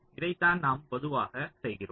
இதைத்தான் நாம் பொதுவாக செய்கிறோம்